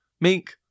Mink